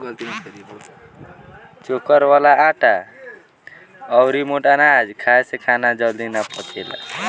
चोकर वाला आटा अउरी मोट अनाज खाए से खाना जल्दी ना पचेला